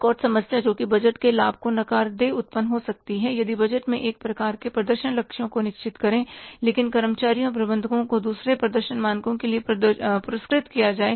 एक और समस्या जो कि बजट के लाभ को नकार दें उत्पन्न हो सकती हैं यदि बजट में एक तरह के प्रदर्शन लक्ष्यों को निश्चित करें लेकिन कर्मचारियों और प्रबंधकों को दूसरे प्रदर्शन मानकों के लिए पुरस्कृत किया जाए